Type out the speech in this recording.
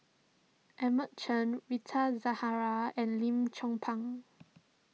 Edmund Chen Rita Zahara and Lim Chong Pang